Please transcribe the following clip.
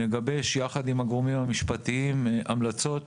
נגבש יחד עם הגורמים המשפטיים המלצות